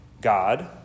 God